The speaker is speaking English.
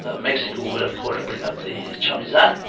ah mexico would, of course, bring up the chamizal.